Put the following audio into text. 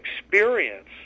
experience